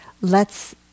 lets